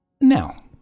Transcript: Now